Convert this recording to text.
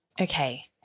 Okay